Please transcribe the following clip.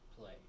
play